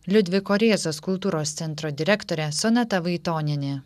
liudviko rėzos kultūros centro direktorė sonata vaitonienė